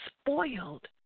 spoiled